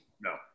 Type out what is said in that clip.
No